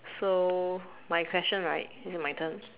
so my question right is it my turn